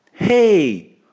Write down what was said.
Hey